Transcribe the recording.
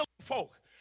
folk